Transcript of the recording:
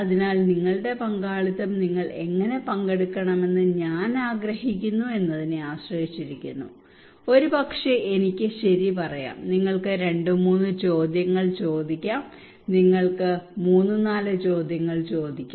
അതിനാൽ നിങ്ങളുടെ പങ്കാളിത്തം നിങ്ങൾ എങ്ങനെ പങ്കെടുക്കണമെന്ന് ഞാൻ ആഗ്രഹിക്കുന്നു എന്നതിനെ ആശ്രയിച്ചിരിക്കുന്നു ഒരുപക്ഷേ എനിക്ക് ശരി പറയാം നിങ്ങൾക്ക് രണ്ട് മൂന്ന് ചോദ്യങ്ങൾ ചോദിക്കാം നിങ്ങൾക്ക് മൂന്ന് നാല് ചോദ്യങ്ങൾ ചോദിക്കാം